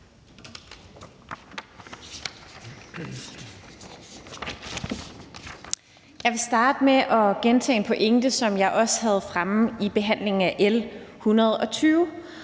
Jeg vil starte med at gentage en pointe, som jeg også havde fremme i behandlingen af L 120,